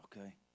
okay